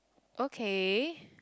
okay